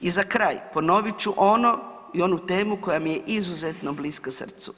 I za kraj ponovit ću ono i onu temu koja mi je izuzetno bliska srcu.